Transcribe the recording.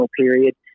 period